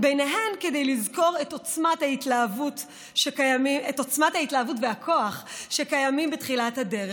ובין היתר כדי לזכור את עוצמת ההתלהבות והכוח שקיימים בתחילת הדרך,